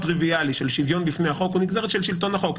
הטריוויאלי של שוויון בפני החוק הוא נגזרת של שלטון החוק,